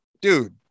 Dude